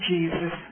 Jesus